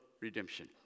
redemption